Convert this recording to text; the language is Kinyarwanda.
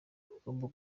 ugomba